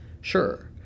sure